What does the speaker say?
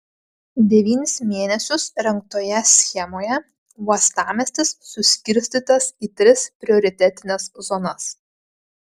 devynis mėnesius rengtoje schemoje uostamiestis suskirstytas į tris prioritetines zonas